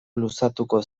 luzatuko